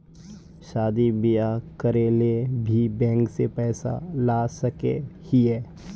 शादी बियाह करे ले भी बैंक से पैसा ला सके हिये?